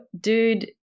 dude